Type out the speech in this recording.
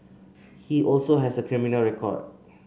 he also has a criminal record